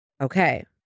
Okay